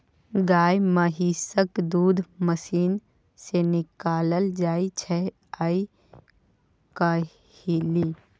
गाए महिषक दूध मशीन सँ निकालल जाइ छै आइ काल्हि